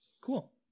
Cool